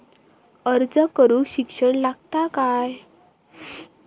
अर्ज करूक शिक्षण लागता काय?